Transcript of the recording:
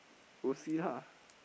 go see lah